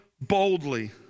boldly